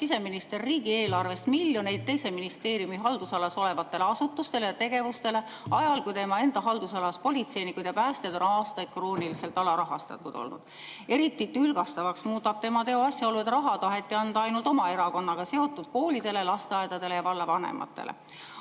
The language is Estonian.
siseminister riigieelarvest miljoneid teise ministeeriumi haldusalas olevatele asutustele ja tegevustele ajal, kui tema enda haldusalas olevad politseinikud ja päästjad on aastaid krooniliselt alarahastatud olnud. Eriti tülgastavaks muudab tema teo asjaolu, et raha taheti anda ainult oma erakonnaga seotud koolidele, lasteaedadele ja vallavanematele.